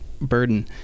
burden